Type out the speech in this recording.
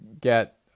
get